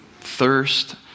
thirst